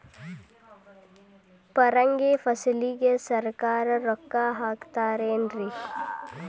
ಪರಂಗಿ ಫಸಲಿಗೆ ಸರಕಾರ ರೊಕ್ಕ ಹಾಕತಾರ ಏನ್ರಿ?